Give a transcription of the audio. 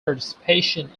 participation